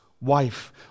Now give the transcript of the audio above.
wife